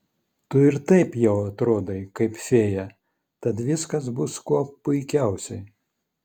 tu ir taip jau atrodai kaip fėja tad viskas bus kuo puikiausiai